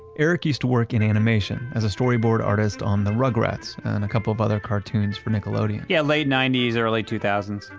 eric used to work in animation as a storyboard artist on the rugrats and a couple of other cartoons for nickelodeon yeah late ninety s, early two thousand